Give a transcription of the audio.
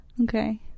Okay